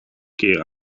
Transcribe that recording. keer